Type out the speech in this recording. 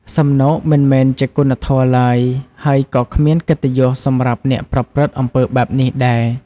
សំណូកមិនមែនជាគុណធម៌ឡើយ ហើយក៏គ្មានកិត្តិយសសម្រាប់អ្នកប្រព្រឹត្តអំពើបែបនេះដែរ។